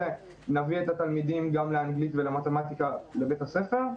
נביא את התלמידים גם לאנגלית ומתמטיקה בבית הספר.